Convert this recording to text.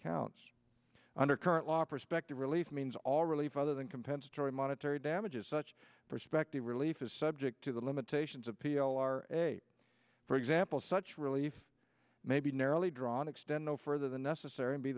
counts under current law prospective relief means all relief other than compensatory monetary damages such perspective relief is subject to the limitations of p l r for example such relief may be narrowly drawn extend no further than necessary be